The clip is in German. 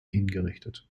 hingerichtet